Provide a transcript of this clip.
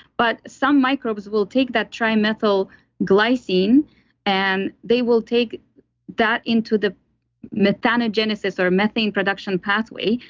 but some microbes will take that trimethyl glycine and they will take that into the methanol genesis or methane production pathway.